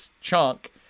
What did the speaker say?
chunk